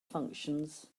functions